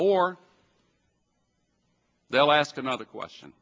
or they'll ask another question